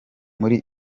muri